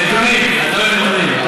נתונים, אתה אוהב נתונים.